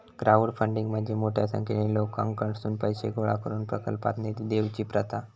crowdfunding म्हणजे मोठ्या संख्येन लोकांकडुन पैशे गोळा करून प्रकल्पाक निधी देवची प्रथा